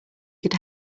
could